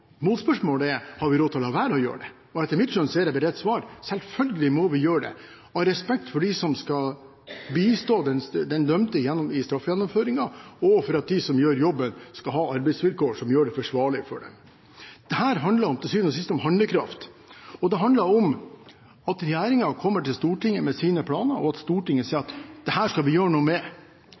Motspørsmålet er: Har vi råd til å la være å gjøre det? Etter mitt skjønn er det bare ett svar: Selvfølgelig må vi gjøre det, av respekt for dem som skal bistå den dømte i straffegjennomføringen, og for at de som gjør jobben, skal ha arbeidsvilkår som gjør det forsvarlig. Det handler til syvende og sist om handlekraft. Det handler om at regjeringen kommer til Stortinget med sine planer, og at Stortinget sier at dette skal vi gjøre noe med.